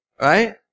right